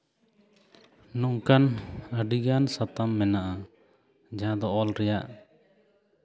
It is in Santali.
ᱱᱚᱝᱠᱟᱱ ᱟᱹᱰᱤᱜᱟᱱ ᱥᱟᱛᱟᱢ ᱢᱮᱱᱟᱜᱼᱟ ᱡᱟᱦᱟᱸ ᱫᱚ ᱚᱞ ᱨᱮᱭᱟᱜ